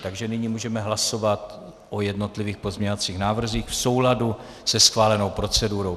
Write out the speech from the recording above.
Takže nyní můžeme hlasovat o jednotlivých pozměňovacích návrzích v souladu se schválenou procedurou.